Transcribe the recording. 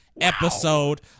episode